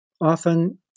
often